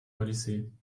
odyssee